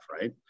right